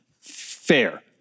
fair